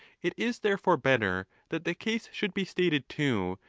it is therefore better, that the case should be stated to,